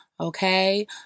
okay